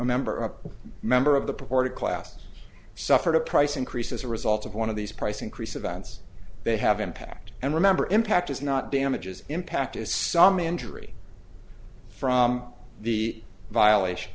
a member a member of the purported class suffered a price increase as a result of one of these price increases bounce they have impact and remember impact is not damages impact as some injury from the violations